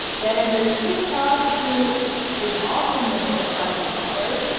then there's tick tock, who is offed in the book by the author,